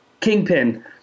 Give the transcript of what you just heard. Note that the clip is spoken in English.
kingpin